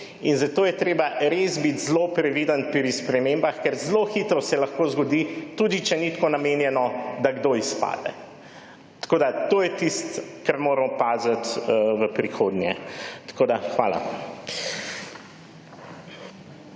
in zato je treba res biti zelo previden pri spremembah, ker zelo hitro se lahko zgodi, tudi če ni tako namenjeno, da kdo izpade. Tako da, to je tisto, kar moramo paziti v prihodnje. Tako da hvala.